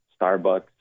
Starbucks